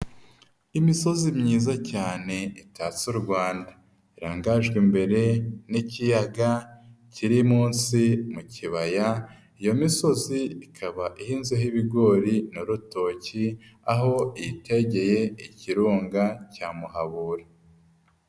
Imisozi myiza cyane itatse u Rwanda irangajwe imbere n'ikiyaga kiri munsi mu kibaya, iyo misozi ikaba ihinzeho ibigori n'urutoki, aho yitegeye ikirunga cya Muhabura.